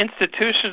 institutions